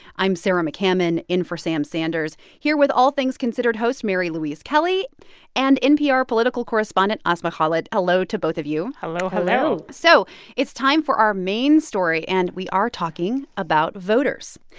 i'm sarah mccammon in for sam sanders, here with all things considered host mary louise kelly and npr political correspondent asma khalid. hello to both of you hello, hello hello so it's time for our main story, and we are talking about voters.